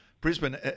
Brisbane